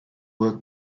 work